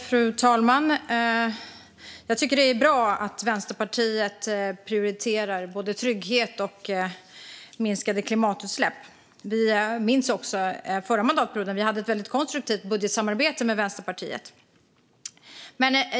Fru talman! Jag tycker att det är bra att Vänsterpartiet prioriterar trygghet och minskade klimatutsläpp. Jag minns också att vi under den förra mandatperioden hade ett väldigt konstruktivt budgetsamarbete med Vänsterpartiet.